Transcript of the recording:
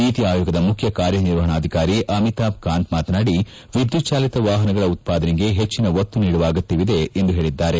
ನೀತಿ ಆಯೋಗದ ಮುಖ್ಯ ಕಾರ್ಯನಿರ್ವಾಹಣಾಧಿಕಾರಿ ಅಮಿತಾಬ್ ಕಾಂತ್ ಮಾತನಾಡಿ ವಿದ್ಗುತ್ ಚಾಲಿತ ವಾಹನಗಳ ಉತ್ಪಾದನೆಗೆ ಹೆಚ್ಚಿನ ಒತ್ತು ನೀಡುವ ಅಗತ್ಭವಿದೆ ಎಂದು ಹೇಳಿದ್ದಾರೆ